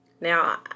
Now